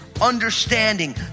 understanding